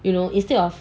you know instead of